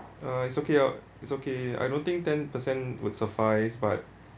uh it's okay uh it's okay I don't think ten percent would suffice but